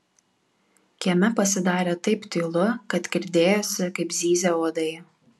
kieme pasidarė taip tylu kad girdėjosi kaip zyzia uodai